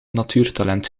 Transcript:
natuurtalent